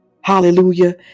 Hallelujah